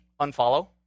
Unfollow